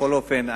בכל אופן,